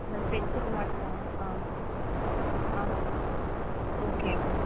இந்த ஸ்பெக்ஸ்ஸுக்கு மட்டும் ஆ ஆமாம் மேம் ஓகே மேம்